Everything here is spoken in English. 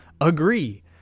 agree